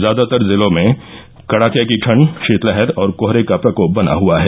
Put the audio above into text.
ज्यादातर जिलों में कड़ाके ककी ठंड़ शीतलहर और कोहरे का प्रकोप बना हुआ है